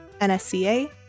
NSCA